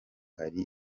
hari